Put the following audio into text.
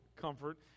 comfort